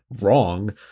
wrong